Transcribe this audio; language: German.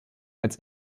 als